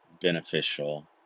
beneficial